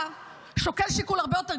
סליחה, אלעזר.